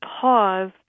pause